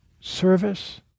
service